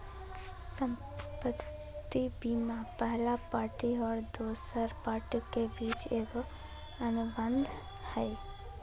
संपत्ति बीमा पहला पार्टी और दोसर पार्टी के बीच एगो अनुबंध हइ